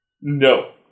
No